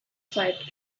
fight